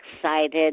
excited